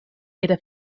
era